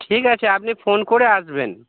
ঠিক আছে আপনি ফোন করে আসবেন